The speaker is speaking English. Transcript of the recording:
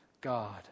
God